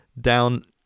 down